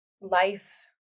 life